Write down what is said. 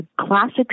classic